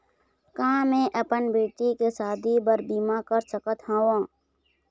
का मैं अपन बेटी के शादी बर बीमा कर सकत हव?